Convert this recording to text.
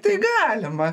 tai galima